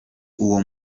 uwo